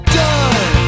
done